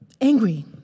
angry